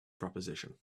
proposition